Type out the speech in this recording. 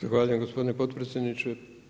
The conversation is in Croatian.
Zahvaljujem gospodine potpredsjedniče.